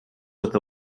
with